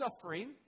suffering